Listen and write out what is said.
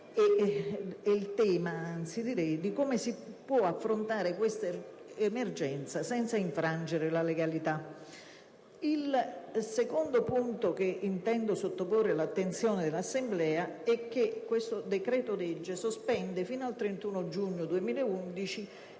Il secondo punto che intendo sottoporre all'attenzione dell'Assemblea è che il decreto-legge in discussione sospende sino al 31 giugno 2011